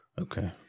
okay